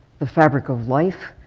the fabric of life,